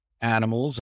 animals